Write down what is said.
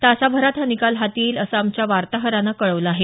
तासाभरात हा निकाल हाती येईल असं आमच्या वार्ताहरानं कळवलं आहे